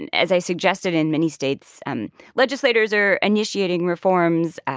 and as i suggested, in many states um legislators are initiating reforms.